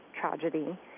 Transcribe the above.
tragedy